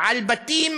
על בתים